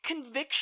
conviction